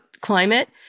climate